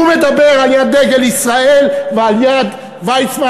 הוא מדבר ליד דגל ישראל וליד הרצל,